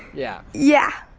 yeah yeah